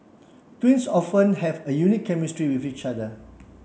twins often have a unique chemistry with each other